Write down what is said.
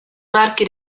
marchi